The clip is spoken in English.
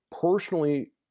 personally